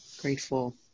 grateful